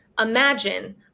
Imagine